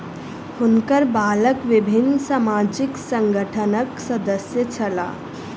हुनकर बालक विभिन्न सामाजिक संगठनक सदस्य छला